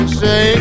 say